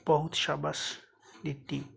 ਬਹੁਤ ਸ਼ਾਬਾਸ਼ ਦਿੱਤੀ